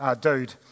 dude